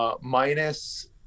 minus